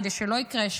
כדי שזה לא יקרה שוב.